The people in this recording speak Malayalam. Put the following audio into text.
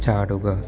ചാടുക